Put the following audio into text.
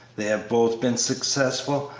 they have both been successful,